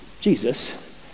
Jesus